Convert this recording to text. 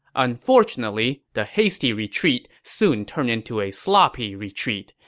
unfortunately, the hasty retreat soon turned into a sloppy retreat.